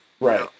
right